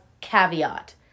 caveat